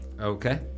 Okay